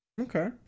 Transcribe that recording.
Okay